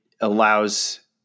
allows